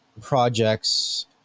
projects